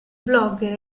blogger